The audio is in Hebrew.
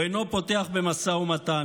הוא אינו פותח במשא ומתן,